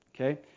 Okay